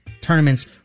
tournaments